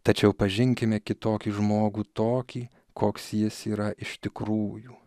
tačiau pažinkime kitokį žmogų tokį koks jis yra iš tikrųjų